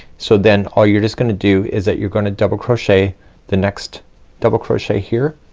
so then all you're just gonna do is that you're gonna double crochet the next double crochet here